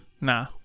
nah